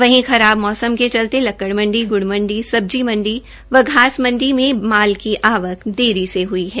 वहीं खराब मोंसम के चलते लक्कड़ मंडी ग्ड़ मंडी सब्जी मंडी व धास मंडी में माल की आवक देरी से हुई है